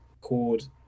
called